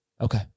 Okay